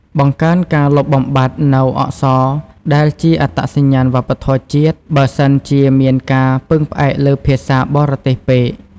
បង្កើនការលុបបំបាត់នូវអក្សរដែលជាអត្តសញ្ញាណវប្បធម៌ជាតិ បើសិនជាមានការពឹងផ្អែកលើភាសាបរទេសពេក។